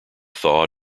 thaw